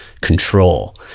control